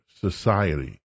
society